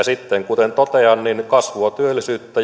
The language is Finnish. sitten totean kasvua työllisyyttä